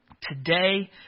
today